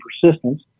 persistence